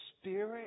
Spirit